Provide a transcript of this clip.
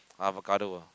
avocado